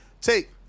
Take